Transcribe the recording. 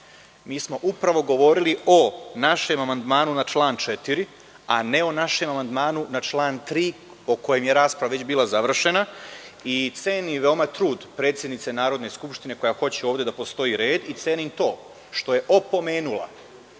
Mi smo upravo govorili o našem amandmanu na član 4, a ne o našem amandmanu na član 3, o kojem je rasprava već bila završena. Veoma cenim trud predsednice Narodne skupštine, koja hoće ovde da postoji red i cenim to što je opomenula